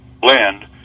blend